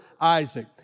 Isaac